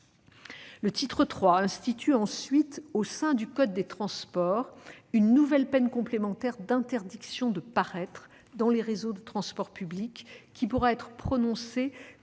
ensuite à instituer, au sein du code des transports, une nouvelle peine complémentaire d'interdiction de paraître dans les réseaux de transports publics. Elle pourra être prononcée contre les